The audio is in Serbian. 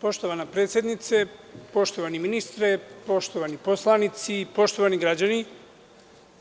Poštovana predsednice, poštovani ministre, poštovani poslanici, poštovani građani,